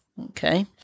Okay